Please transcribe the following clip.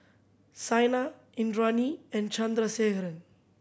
Saina Indranee and Chandrasekaran